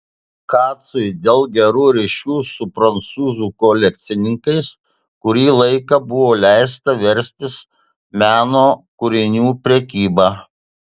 kacui dėl gerų ryšių su prancūzų kolekcininkais kurį laiką buvo leista verstis meno kūrinių prekyba